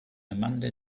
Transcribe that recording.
amanda